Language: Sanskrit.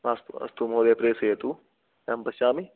अस्तु अस्तु महोदय प्रेषयतु अहं पश्यामि